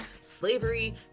slavery